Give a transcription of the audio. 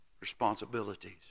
responsibilities